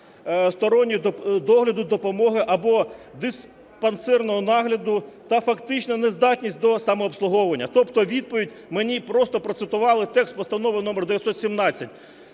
стороннього догляду, допомоги або диспансерного нагляду та фактична нездатність до самообслуговування". Тобто у відповідь мені просто процитували текст Постанови № 917.